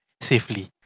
safely